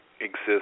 exist